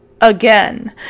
again